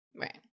right